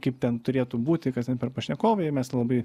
kaip ten turėtų būti kas ten per pašnekovai ir mes labai